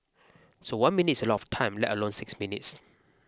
so one minute is a lot of time let alone six minutes